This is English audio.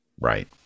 right